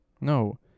No